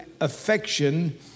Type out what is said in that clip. affection